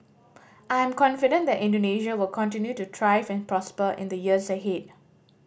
I am confident that Indonesia will continue to thrive and prosper in the years ahead